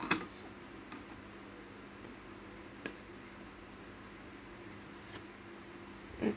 um